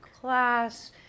class